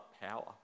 power